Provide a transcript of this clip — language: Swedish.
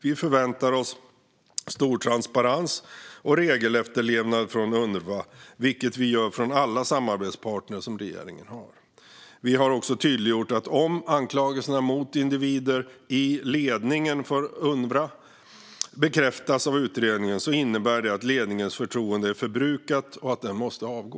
Vi förväntar oss stor transparens och regelefterlevnad från Unrwa, liksom från alla samarbetspartner som regeringen har. Vi har också tydliggjort att om anklagelserna mot individer i ledningen för Unrwa bekräftas av utredningen innebär det att ledningens förtroende är förbrukat och att den måste avgå.